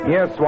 Yes